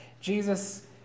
Jesus